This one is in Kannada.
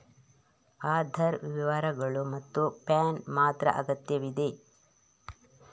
ಆಧಾರ್ ವಿವರಗಳು ಮತ್ತು ಪ್ಯಾನ್ ಮಾತ್ರ ಅಗತ್ಯವಿದೆ